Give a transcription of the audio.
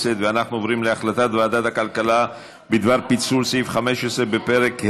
אין הצעת ועדת הפנים והגנת הסביבה בדבר פיצול פרק ט'